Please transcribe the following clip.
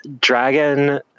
Dragon